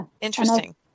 Interesting